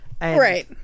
Right